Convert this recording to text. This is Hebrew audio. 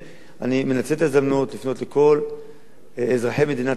אני מנצל את ההזדמנות לפנות לכל אזרחי מדינת ישראל